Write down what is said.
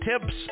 tips